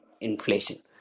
inflation